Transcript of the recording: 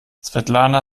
svetlana